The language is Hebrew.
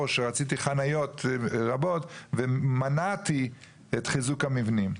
שרציתי חניות רבות ומנעתי את חיזוק המבנים.